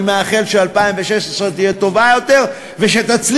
אני מאחל ש-2016 תהיה טובה יותר ושתצליחו,